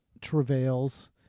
travails